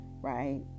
right